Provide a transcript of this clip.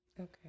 Okay